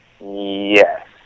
Yes